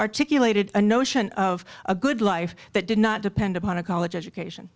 articulated a notion of a good life that did not depend upon a college education